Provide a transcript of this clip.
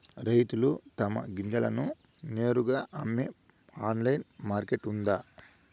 రైతులు తమ గింజలను నేరుగా అమ్మే ఆన్లైన్ మార్కెట్ ఉందా?